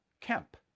Kemp